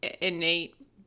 innate